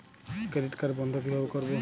Credit card বন্ধ কিভাবে করবো?